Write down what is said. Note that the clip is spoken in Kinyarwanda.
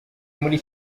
muri